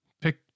Pick